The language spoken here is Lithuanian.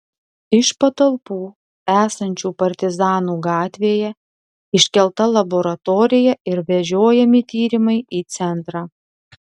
iš patalpų esančių partizanų gatvėje iškelta laboratorija ir vežiojami tyrimai į centrą